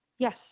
Yes